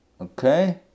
Okay